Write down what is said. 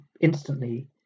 instantly